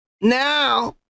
now